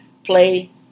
play